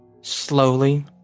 slowly